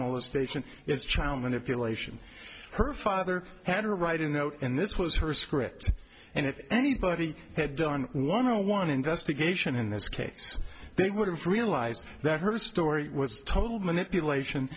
molestation is child manipulation her father had to write a note and this was her script and if anybody had done one no one investigation in this case they would have realized that her story was total manipulation